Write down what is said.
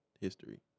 history